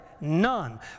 None